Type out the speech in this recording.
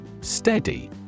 Steady